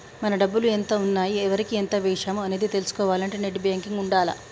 మన డబ్బులు ఎంత ఉన్నాయి ఎవరికి ఎంత వేశాము అనేది తెలుసుకోవాలంటే నెట్ బ్యేంకింగ్ ఉండాల్ల